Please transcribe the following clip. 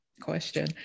question